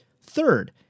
Third